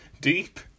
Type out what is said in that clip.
deep